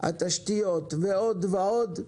התשתיות, ועוד ועוד,